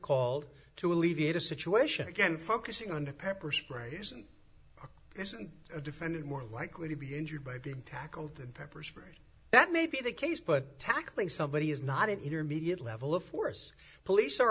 called to alleviate a situation again focusing on the pepper spray isn't isn't a defendant more likely to be injured by the tackle than pepper spray that may be the case but tackling somebody is not an intermediate level of force police are